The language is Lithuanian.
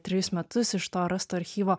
trejus metus iš to rasto archyvo